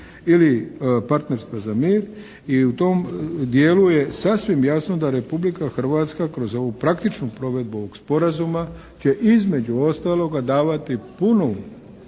ili partnerstva za mir. I u tom dijelu je sasvim jasno da Republika Hrvatska kroz ovu praktičnu provedbu ovog sporazuma će između ostaloga davati puno